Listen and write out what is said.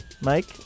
Mike